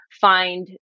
find